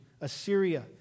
Assyria